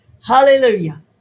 hallelujah